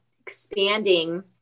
expanding